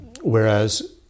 Whereas